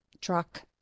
truck